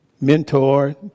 mentor